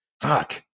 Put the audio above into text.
Fuck